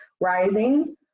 Rising